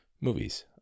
movies